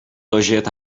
logeert